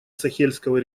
сахельского